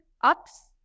ups